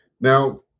Now